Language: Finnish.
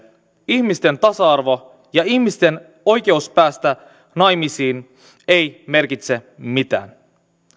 ihmisten tasa arvo ja ihmisten oikeus päästä naimisiin eivät merkitse mitään